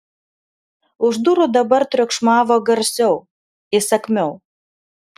už durų dabar triukšmavo garsiau įsakmiau